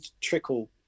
trickle